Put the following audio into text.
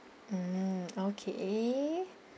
mm okay